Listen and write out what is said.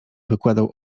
wykładał